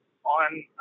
On